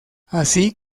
así